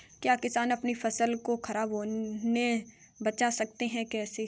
क्या किसान अपनी फसल को खराब होने बचा सकते हैं कैसे?